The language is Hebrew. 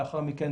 לאחר מכן